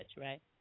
right